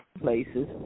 places